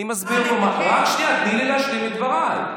אני מסביר פה, רק שנייה, תני לי להשלים את דבריי.